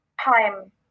time